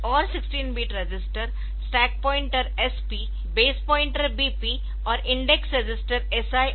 कुछ और 16 bit register stack pointer SP base pointer BP और इंडेक्स रजिस्टर्स